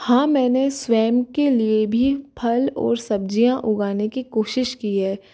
हाँ मैंने स्वयं के लिए भी फल और सब्ज़ियाँ उगाने की कोशिश की है